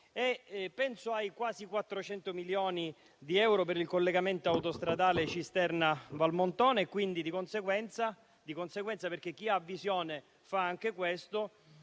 Penso ai quasi 400 milioni di euro per il collegamento autostradale Cisterna-Valmontone, e di conseguenza - chi ha visione fa anche questo